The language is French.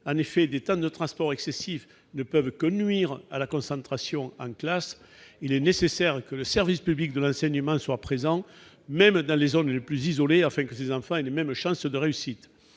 En effet, des temps de transport excessifs ne peuvent que nuire à la concentration en classe. Il est nécessaire que le service public de l'enseignement soit présent même dans les zones les plus isolées, afin que tous les enfants aient les mêmes chances de réussite